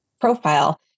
profile